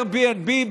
Airbnb,